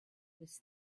was